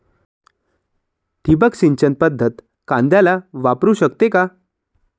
ठिबक सिंचन पद्धत कांद्याला वापरू शकते का?